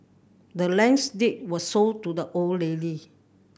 the land's deed was sold to the old lady